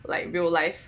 like real life